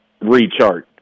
rechart